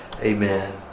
Amen